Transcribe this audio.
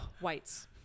whites